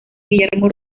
guillermo